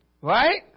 Right